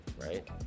Right